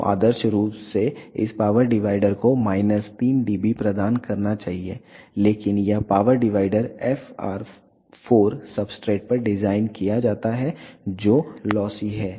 तो आदर्श रूप से इस पावर डिवाइडर को माइनस 3 dB प्रदान करना चाहिए लेकिन यह पावर डिवाइडर FR 4 सब्सट्रेट पर डिज़ाइन किया गया है जो लॉसी है